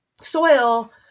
soil